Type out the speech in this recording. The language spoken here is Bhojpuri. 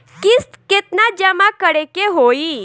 किस्त केतना जमा करे के होई?